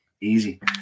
Easy